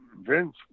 Vince